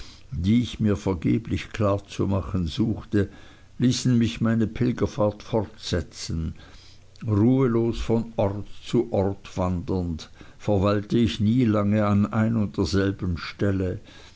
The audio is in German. die ich mir vergeblich klar zu machen suchte ließen mich meine pilgerfahrt fortsetzen ruhelos von ort zu ort wandernd verweilte ich nie lange an ein und derselben stelle